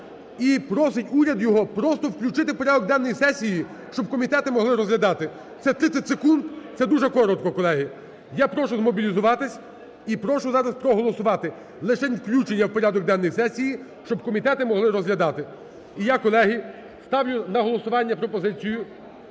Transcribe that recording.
І просить уряд його просто включити в порядок денний сесії, щоб комітети могли розглядати, це 30 секунд, це дуже коротко, колеги. Я прошу змобілізуватися і прошу зараз проголосувати лишень включення в порядок денний сесії, щоб комітети могли розглядати. І я, колеги, ставлю на голосування пропозицію